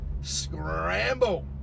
scramble